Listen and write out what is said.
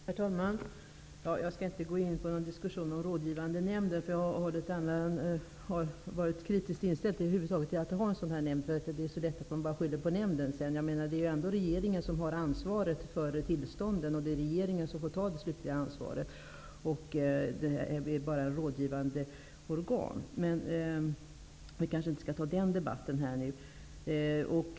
Herr talman! Jag skall inte gå in i en diskussion om den rådgivande nämnden. Jag har varit kritiskt inställd till att över huvud taget ha en sådan nämnd. Det är så lätt att bara skylla på nämnden. Det är ändå regeringen som har ansvaret för tillstånden, och det är regeringen som får ta det slutliga ansvaret. Detta är bara ett rådgivande organ. Men vi kanske inte skall föra den debatten här.